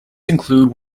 includes